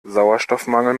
sauerstoffmangel